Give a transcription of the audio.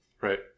right